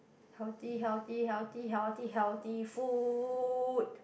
healthy healthy healthy healthy healthy food